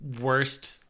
worst